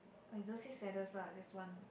or you don't say saddest ah just one